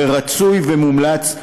ורצוי ומומלץ,